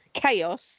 chaos